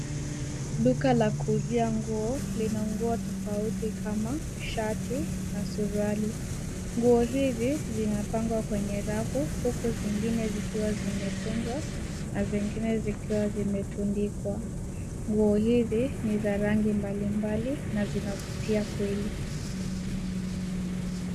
Duka la kuuzia nguo lina nguo tofauti kama shati na suruali. Nguo hizi zimepangwa kwenye rafu huku zingine zikiwa zimekunjwa na zingine zikiwa zimetundikwa. Nguo hizi ni za rangi mbalimbali na zinavutia kweli.